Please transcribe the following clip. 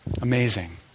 Amazing